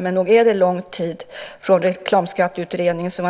Men nog är det en lång tid innan man kommer till skott, från år 1996 och Reklamskatteutredningen till